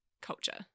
culture